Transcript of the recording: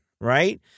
right